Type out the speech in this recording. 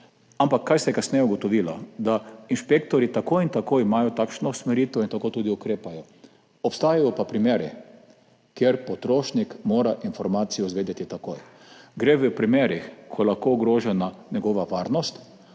Ampak kaj se je kasneje ugotovilo? Da imajo inšpektorji tako in tako takšno usmeritev in tako tudi ukrepajo. Obstajajo pa primeri, kjer mora potrošnik informacijo izvedeti takoj. Za to gre v primerih, ko je lahko ogrožena njegova varnost